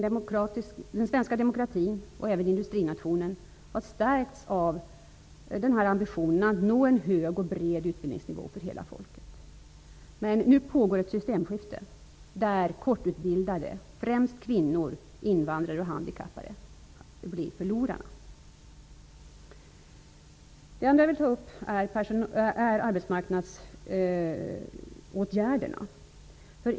Den svenska demokratin, och även industrinationen, har stärkts av ambitionen att nå en hög och bred utbildningsnivå för hela folket. Men nu pågår ett systemskifte där kortutbildade -- blir förlorarna. Det andra område jag vill ta upp gäller arbetsmarknadsåtgärderna.